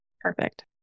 Perfect